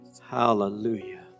hallelujah